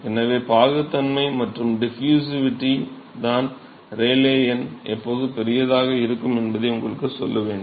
எனவே பாகுத்தன்மை மற்றும் டிஃப்யூசிவிட்டி தான் ரேலே எண் எப்போது பெரியதாக இருக்கும் என்பதை உங்களுக்குச் சொல்ல வேண்டும்